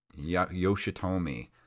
Yoshitomi